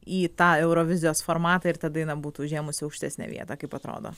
į tą eurovizijos formatą ir ta daina būtų užėmusi aukštesnę vietą kaip atrodo